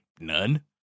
none